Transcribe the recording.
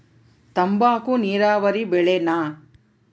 ತಂಬಾಕು ನೇರಾವರಿ ಬೆಳೆನಾ?